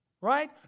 right